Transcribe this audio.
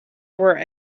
were